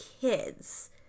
kids